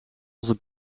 onze